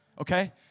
okay